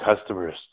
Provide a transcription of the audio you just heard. customers